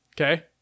Okay